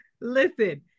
Listen